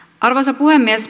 arvoisa puhemies